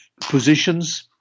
positions